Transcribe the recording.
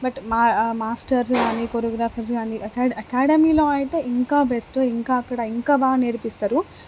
but మా masters కానీ choreographers కానీ అకాడ అకాడమీలో అయితే ఇంకా బెస్ట్ ఇంకా అక్కడ ఇంకా బాగా నేర్పిస్తారు